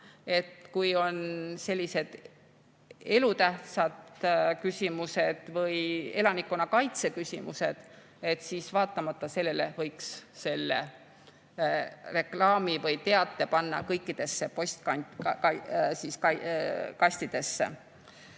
et kui on sellised elutähtsad küsimused või elanikkonnakaitse küsimused, siis vaatamata sellele võiks selle reklaami või teate panna kõikidesse postkastidesse.